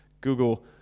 google